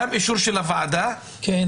גם אישור של הוועדה.